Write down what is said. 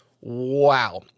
wow